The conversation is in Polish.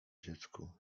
dziecku